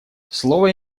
слово